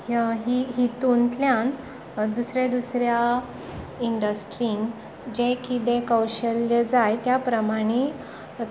ही हितुंतल्यान दुसऱ्या दुसऱ्या इंडस्ट्रीन जें किदें कौशल्य जाय त्या प्रमाणे